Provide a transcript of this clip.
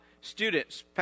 students